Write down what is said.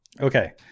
Okay